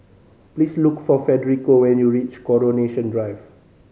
please look for Federico when you reach Coronation Drive